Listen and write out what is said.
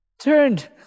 turned